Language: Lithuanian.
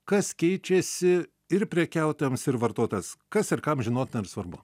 kas keičiasi ir prekiautojams ir vartotojas kas ir kam žinotina ir svarbu